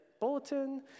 bulletin